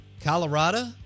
Colorado